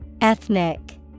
Ethnic